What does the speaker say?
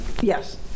Yes